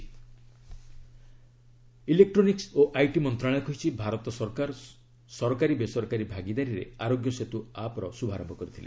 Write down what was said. ଆରୋଗ୍ୟ ସେତୁ ଆପ୍ ଇଲେକ୍ଟ୍ରୋନିକ୍କ ଓ ଆଇଟି ମନ୍ତ୍ରଣାଳୟ କହିଛି ଭାରତ ସରକାର ସରକାରୀ ବେସରକାରୀ ଭାଗିଦାରୀରେ ଆରୋଗ୍ୟ ସେତୁ ଆପ୍ର ଶୁଭାରମ୍ଭ କରିଥିଲେ